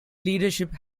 leadership